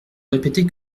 répéter